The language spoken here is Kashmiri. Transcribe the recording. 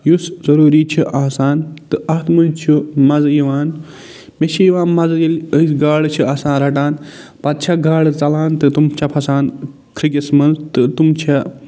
یُس ضروٗری چھِ آسان تہٕ اَتھ منٛز چھِ مَزٕ یِوان مےٚ چھِ یِوان مَزٕ ییٚلہِ أسۍ گاڈٕ چھِ آسان رٹان پتہٕ چھےٚ گاڈٕ ژلان تہٕ تم چھےٚ پھسان تھٕگِس منٛز تہٕ تم چھےٚ